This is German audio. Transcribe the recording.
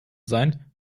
sein